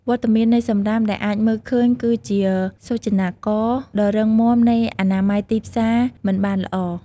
វត្តមាននៃសំរាមដែលអាចមើលឃើញគឺជាសូចនាករដ៏រឹងមាំនៃអនាម័យទីផ្សារមិនបានល្អ។